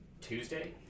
Tuesday